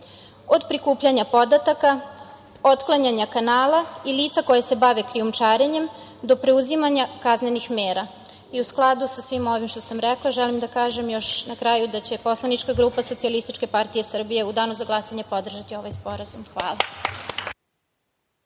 od prikupljanja podataka, otklanjanja kanala i lica koja se bave krijumčarenjem, do preuzimanja kaznenih mera. U skladu sa svim ovim što sam rekla, želim da kažem još na kraju da će poslanička grupa SPS u danu za glasanje podržati ovaj sporazum. Hvala.